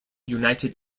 united